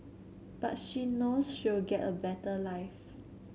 but she knows she'll get a better life